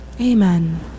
Amen